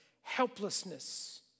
helplessness